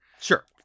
Sure